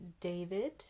David